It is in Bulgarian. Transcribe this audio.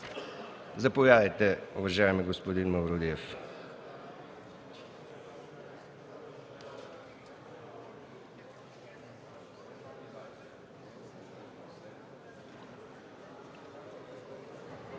Заповядайте, уважаеми господин Мавродиев.